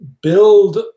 build